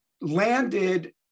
landed